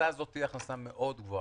הכנסה זאת היא הכנסה מאוד גבוהה.